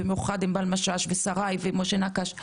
במיוחד ענבל משאש ושריי ומשה נקש,